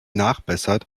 nachbessert